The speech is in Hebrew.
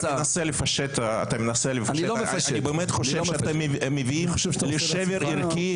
אתה מנסה לפשט את העובדה שאנחנו נמצאים בשבר ערכי